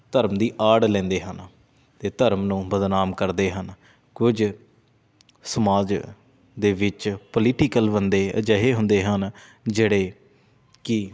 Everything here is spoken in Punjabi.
ਧਰਮ ਦੀ ਆੜ ਲੈਂਦੇ ਹਨ ਅਤੇ ਧਰਮ ਨੂੰ ਬਦਨਾਮ ਕਰਦੇ ਹਨ ਕੁਝ ਸਮਾਜ ਦੇ ਵਿੱਚ ਪੋਲੀਟੀਕਲ ਬੰਦੇ ਅਜਿਹੇ ਹੁੰਦੇ ਹਨ ਜਿਹੜੇ ਕਿ